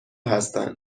هستند